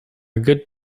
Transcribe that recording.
good